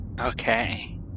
Okay